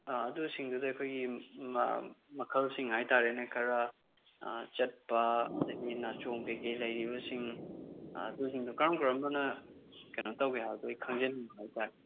ꯑꯗꯨꯁꯤꯡꯗꯨꯗ ꯑꯩꯈꯣꯏꯒꯤ ꯃꯈꯜꯁꯤꯡ ꯍꯥꯏ ꯇꯥꯔꯦꯅꯦ ꯈꯔ ꯆꯠꯄ ꯑꯗꯒꯤ ꯅꯥꯆꯣꯝ ꯀꯩꯀꯩ ꯂꯩꯔꯤꯕꯁꯤꯡ ꯑꯗꯨꯁꯤꯡꯗꯣ ꯀꯔꯝ ꯀꯔꯝꯕꯅ ꯀꯩꯅꯣ ꯇꯧꯒꯦ ꯍꯥꯏꯕꯗꯣ ꯑꯩ ꯈꯪꯖꯅꯤꯡꯕ ꯍꯥꯏ ꯇꯥꯔꯦ